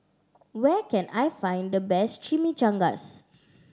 where can I find the best Chimichangas